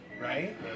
right